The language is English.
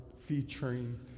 featuring